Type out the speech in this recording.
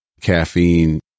caffeine